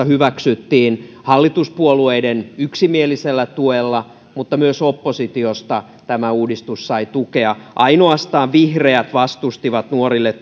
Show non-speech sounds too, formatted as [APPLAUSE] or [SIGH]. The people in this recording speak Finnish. [UNINTELLIGIBLE] hyväksyttiin eduskunnassa hallituspuolueiden yksimielisellä tuella mutta myös oppositiosta tämä uudistus sai tukea ainoastaan vihreät vastustivat nuorille [UNINTELLIGIBLE]